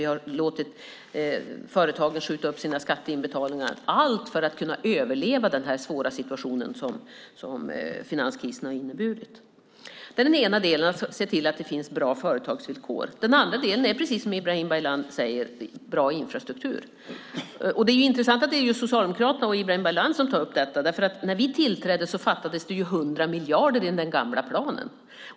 Vi har låtit företagen skjuta upp sina skatteinbetalningar. Allt detta har vi gjort för att de ska kunna överleva den svåra situation som finanskrisen har inneburit. Det är den ena delen, att se till att det finns bra företagsvillkor. Den andra delen är, precis som Ibrahim Baylan säger, bra infrastruktur. Det är intressant att det är just Socialdemokraterna och Ibrahim Baylan som tar upp detta, för när vi tillträdde fattades det 100 miljarder för den gamla planen.